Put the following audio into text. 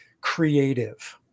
creative